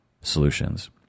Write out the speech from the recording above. solutions